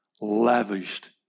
lavished